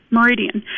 Meridian